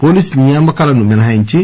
police నియమాకాలను మినహాయించి